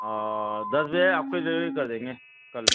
دس بجے آپ کو ڈیلیوری کر دیں گے کل